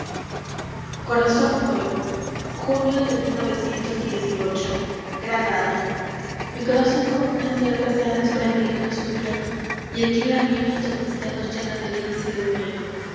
d i corazón como una sierpe m se ha desprendido de su piel y aquí la miro entre mis dedos llena de heridas y de miel